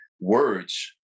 words